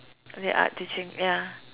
the art teaching ya